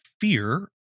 fear